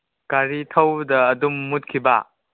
ꯒꯥꯔꯤ ꯊꯧꯕꯗ ꯑꯗꯨꯝ ꯃꯨꯠꯈꯤꯕ